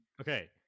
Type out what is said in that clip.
Okay